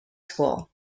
school